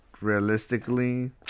realistically